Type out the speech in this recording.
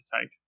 take